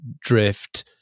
Drift